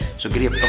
so giddy up